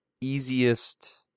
easiest